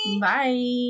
Bye